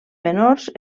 menors